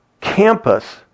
campus